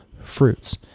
fruits